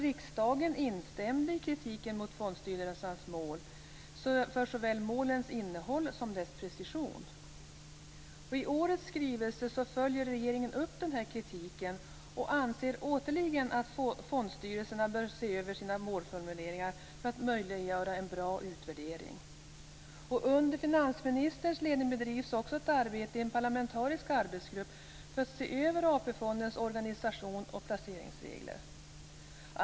Riksdagen instämde i kritiken mot fondstyrelsernas mål beträffande såväl målens innehåll som deras precision. I årets skrivelse följer regeringen upp den här kritiken och anser återigen att fondstyrelserna bör se över sina målformuleringar för att möjliggöra en bra utvärdering. Under finansministerns ledning bedrivs också ett arbete i en parlamentarisk arbetsgrupp för att se över AP-fondens organisation och placeringsregler.